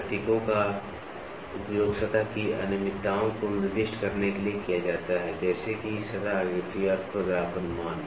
प्रतीकों का उपयोग सतह की अनियमितताओं को निर्दिष्ट करने के लिए किया जाता है जैसे कि सतह आकृति और खुरदरापन मान